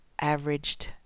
averaged